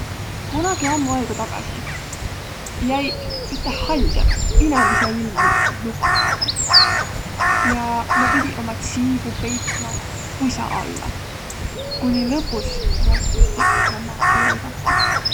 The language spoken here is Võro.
Kunagi ammuq aigu tagasi jäiq üteh haldjaq inemiseilma luku taadõ, kuni lõpus nä otsusti naaq maaha lõigadaq. Ja nä pidiq ummi tsiibu peitmä pus'a alla.